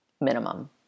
minimum